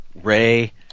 Ray